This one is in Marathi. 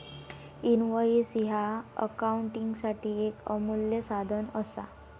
इनव्हॉइस ह्या अकाउंटिंगसाठी येक अमूल्य साधन असा